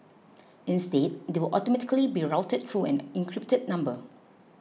instead they will automatically be routed through an encrypted number